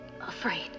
afraid